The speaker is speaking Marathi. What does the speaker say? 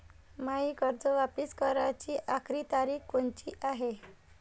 मायी कर्ज वापिस कराची आखरी तारीख कोनची हाय?